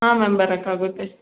ಹಾಂ ಮ್ಯಾಮ್ ಬರೋಕಾಗುತ್ತೆ